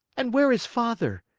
and where is father?